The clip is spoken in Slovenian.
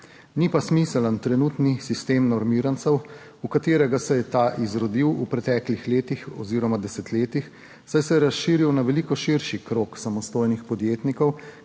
ni pa smiseln trenutni sistem normirancev, v katerega se je ta izrodil v preteklih letih oziroma desetletjih, saj se je razširil na veliko širši krog samostojnih podjetnikov,